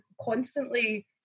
constantly